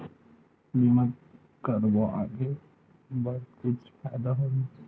बीमा करबो आगे बर कुछु फ़ायदा होही?